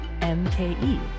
MKE